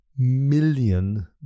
million